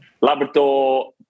Labrador